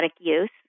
use